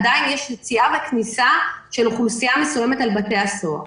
יש עדיין כניסה ויציאה של אוכלוסייה מסוימת אל בתי הסוהר.